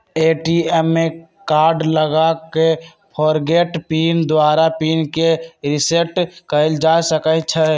ATM में card लगा कऽ फ़ॉरगोट पिन द्वारा पिन के रिसेट कएल जा सकै छै